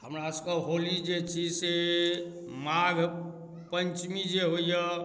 हमरासबके होली जे छी से माघ पञ्चमी जे होइया